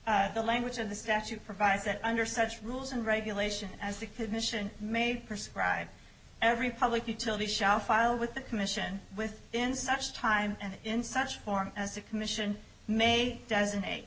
c the language of the statute provides that under such rules and regulations as the mission may perscribe every public utility shall file with the commission with in such time and in such form as the commission may designate